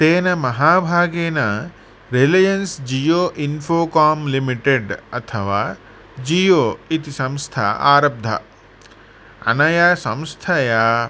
तेन महाभागेन Reliance Jio Infocomm limited अथवा जियो इति संस्था आरब्धा अनया संस्थया